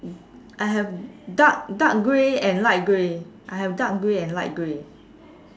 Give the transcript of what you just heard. I have dark dark grey and light grey I have dark grey and light grey